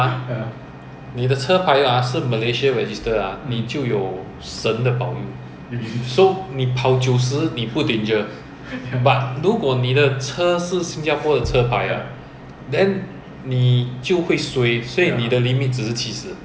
buy right is registered under P_A or P_C err which is a mini bus lah so is like commercial vehicle the number plate start with P [one] P_A P_C something commercial vehicle their speed limit is err seventy